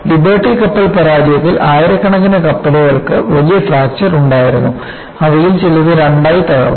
liberty കപ്പൽ പരാജയത്തിൽ ആയിരക്കണക്കിന് കപ്പലുകൾക്ക് വലിയ ഫ്രാക്ചർ ഉണ്ടായിരുന്നു അവയിൽ ചിലത് രണ്ടായി തകർന്നു